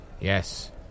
Yes